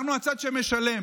אנחנו הצד שמשלם.